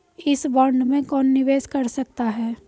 इस बॉन्ड में कौन निवेश कर सकता है?